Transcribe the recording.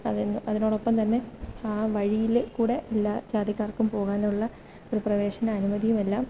അതി അതിനോടൊപ്പം തന്നെ ആ വഴിയിൽ കൂടെ എല്ലാ ജാതിക്കാർക്കും പോകാനുള്ള ഒരു പ്രവേശന അനുമതിയും എല്ലാം